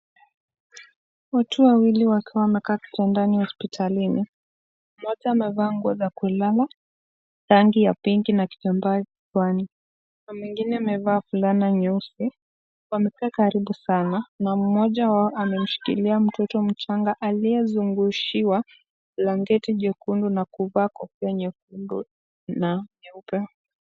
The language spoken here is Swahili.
Watu wawili wakiwa wamekaa kitandani hospitalini. Mmoja amevaa nguo za kulala, rangi ya pinki na kitambaa kichwani na mwingine amevaa fulana nyeusi. Wamekaa karibu sana na mmoja wao amemshikilia mtoto mchanga aliyezungushiwa blanketi jekundu na kuvaa kofia nyekundu na nyeupe.